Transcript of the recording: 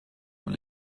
und